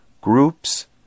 groups